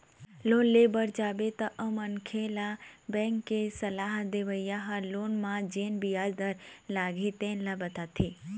loan ले बर जाबे तअमनखे ल बेंक के सलाह देवइया ह लोन म जेन बियाज दर लागही तेन ल बताथे